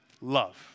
love